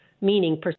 meaning